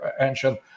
ancient